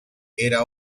era